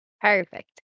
Perfect